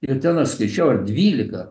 ir ten aš skaičiau ar dvylika